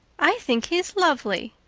i think he's lovely,